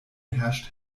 herrscht